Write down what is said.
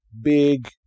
big